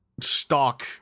stock